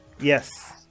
Yes